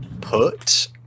put